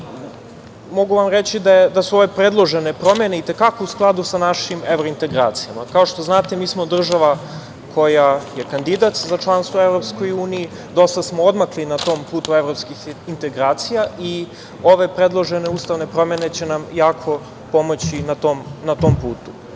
Mogu vam reći da su ove predložene promene i te kako u skladu sa našim evro integracijama. Kao što znate mi smo država koja je kandidat za članstvo u EU, dosta smo odmakli na tom putu evropskih integracija i ove predložene ustavne promene će nam jako pomoći na tom putu